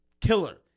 killer